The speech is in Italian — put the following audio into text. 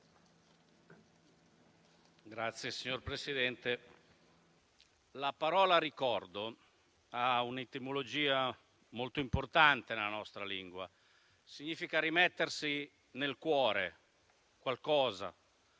la parola ricordo ha una etimologia molto importante nella nostra lingua: significa rimettersi nel cuore qualcosa,